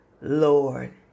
Lord